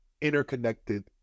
interconnected